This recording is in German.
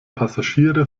passagiere